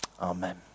amen